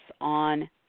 on